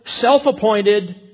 self-appointed